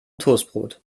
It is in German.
toastbrot